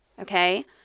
okay